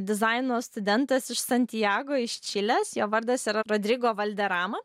dizaino studentas iš santjago iš čilės jo vardas yra rodrigo valderama